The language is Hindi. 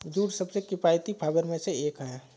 जूट सबसे किफायती फाइबर में से एक है